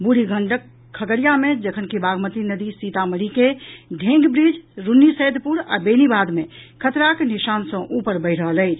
बूढ़ी गंडक खगड़िया मे जखनकि बागमती नदी सीतामढ़ी के ढेंग ब्रीज रून्नीसैदपुर आ बेनीबाद मे खतराक निशान सँ उपर बहि रहल अछि